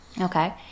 Okay